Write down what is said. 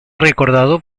recordado